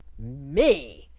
me?